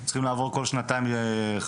צריכים לעבור כול שנתיים ריענון.